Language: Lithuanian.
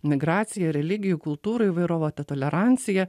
migracija religijų kultūrų įvairovė ta tolerancija